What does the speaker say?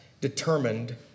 determined